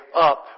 up